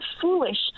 foolish